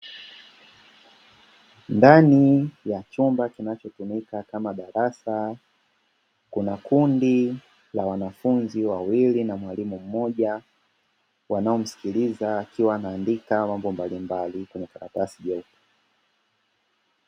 Ndani ya chumba kinachotumika kama darasa, kuna kundi la wanafunzi wawili na mwalimu mmoja, wanaomsikiliza akiwa anaandika mambo mbalimbali kwenye karatasi jeupe.